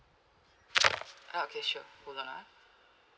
uh okay sure hold on ah